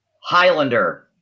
Highlander